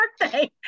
birthday